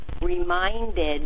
reminded